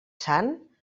sant